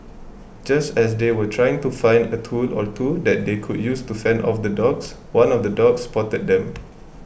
just as they were trying to find a tool or two that they could use to fend off the dogs one of the dogs spotted them